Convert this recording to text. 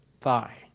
thigh